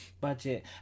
budget